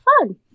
fun